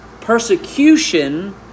Persecution